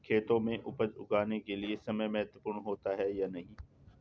खेतों में उपज उगाने के लिये समय महत्वपूर्ण होता है या नहीं?